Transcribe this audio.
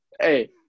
Hey